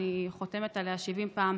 אני חותמת עליה 70 פעם.